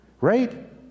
right